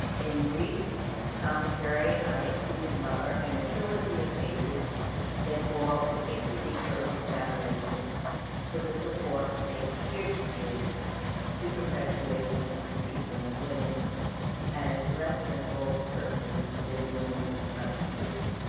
in briefs and commentary, i included muller in a trilogy of cases that bore particularly close examination for the support they appeared to give to perpetuation of the treatment of women as less than full persons within the meaning of the constitution.